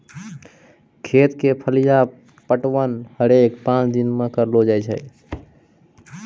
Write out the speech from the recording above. खेत क फलिया पटवन हरेक पांच दिनो म करलो जाय छै